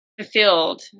fulfilled